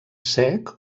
sec